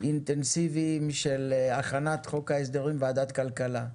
אינטנסיביים של הכנת חוק ההסדרים ועדת כלכלה.